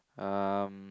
um